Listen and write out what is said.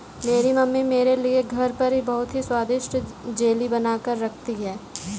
मेरी मम्मी मेरे लिए घर पर ही बहुत ही स्वादिष्ट जेली बनाकर रखती है